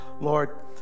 Lord